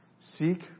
Seek